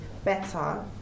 Better